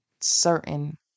certain